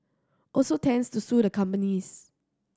also intends to sue the companies